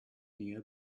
näher